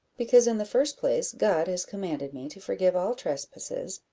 because, in the first place, god has commanded me to forgive all trespasses,